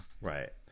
Right